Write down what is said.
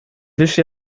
wische